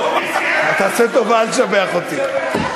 תעשה טובה, אל תשבח אותי.